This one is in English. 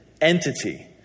entity